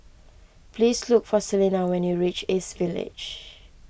please look for Celena when you reach East Village